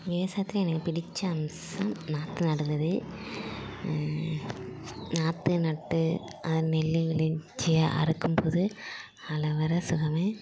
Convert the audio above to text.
விவசாயத்தில் எனக்கு பிடித்த அம்சம் நாற்று நடுவது நாற்று நட்டு அது நெல் விளவிச்சு அறுக்கும்போது அதில் வர சுகமே